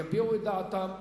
יביעו את דעתם,